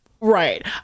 Right